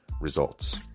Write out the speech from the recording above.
results